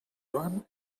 joan